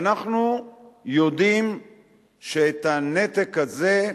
ואנחנו יודעים שאת הנתק הזה,